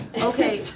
Okay